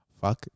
fuck